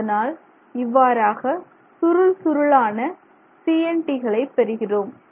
அதனால் இவ்வாறாக சுருள் சுருளான CNT களை பெறுகிறோம்